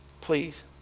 Please